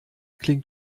klingt